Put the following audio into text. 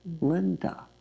Linda